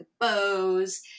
bows